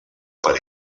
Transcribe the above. per